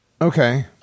Okay